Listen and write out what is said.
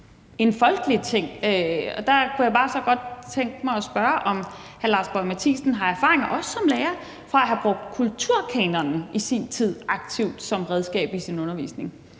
en folkelig ting. Og der kunne jeg bare godt tænke mig at spørge, om hr. Lars Boje Mathiesen har erfaring med i sin tid som lærer at have brugt kulturkanonen aktivt som redskab i sin undervisning.